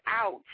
out